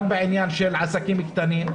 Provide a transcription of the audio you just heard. גם בעניין של עסקים קטנים,